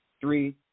three